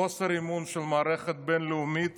חוסר אמון של המערכת הבין-לאומית